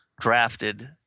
drafted